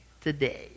today